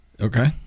Okay